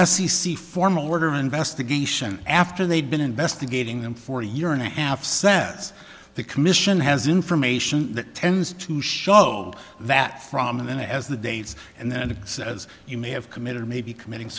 c formal murder investigation after they'd been investigating them for a year and a half cents the commission has information that tends to show that prominent as the dates and then exist as you may have committed or maybe committing